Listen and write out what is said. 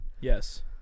Yes